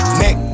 neck